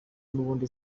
n’ubundi